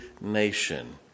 nation